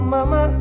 Mama